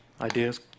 Ideas